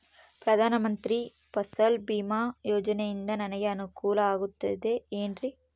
ಪ್ರಧಾನ ಮಂತ್ರಿ ಫಸಲ್ ಭೇಮಾ ಯೋಜನೆಯಿಂದ ನನಗೆ ಅನುಕೂಲ ಆಗುತ್ತದೆ ಎನ್ರಿ?